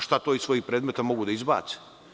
Šta to iz svojih predmeta mogu da izbace?